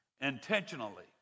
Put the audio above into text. intentionally